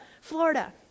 Florida